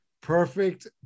Perfect